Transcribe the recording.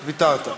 ויתרת.